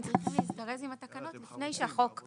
צריכים להזדרז עם התקנות לפני שהחוק עובר.